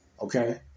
Okay